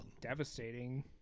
devastating